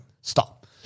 Stop